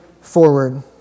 forward